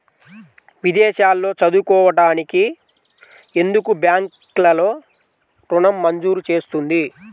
విదేశాల్లో చదువుకోవడానికి ఎందుకు బ్యాంక్లలో ఋణం మంజూరు చేస్తుంది?